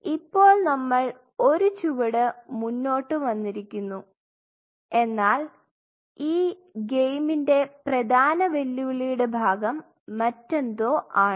ഇപ്പോൾ നമ്മൾ ഒരു ചുവട് മുന്നോട്ട് വന്നിരിക്കുന്നു എന്നാൽ ഈ ഗെയിമിൻറെ പ്രധാന വെല്ലുവിളിയുടെ ഭാഗം മറ്റെന്തോ ആണ്